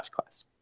class